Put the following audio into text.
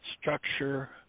structure